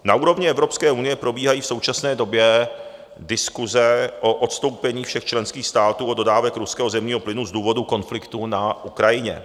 Na úrovni Evropské unie probíhají v současné době diskuse o odstoupení všech členských států od dodávek ruského zemního plynu z důvodu konfliktu na Ukrajině.